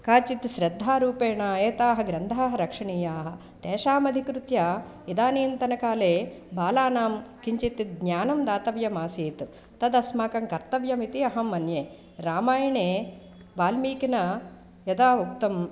काचित् श्रद्धारूपेण एताः ग्रन्थाः रक्षणीयाः तेषाम् अधिकृत्य इदानींतनकाले बालानां किञ्चित् ज्ञानं दातव्यमासीत् तदस्माकं कर्तव्यम् इति अहं मन्ये रामायणे वाल्मीकिना यदा उक्तं